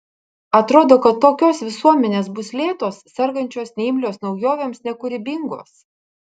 atrodo kad tokios visuomenės bus lėtos sergančios neimlios naujovėms nekūrybingos